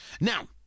Now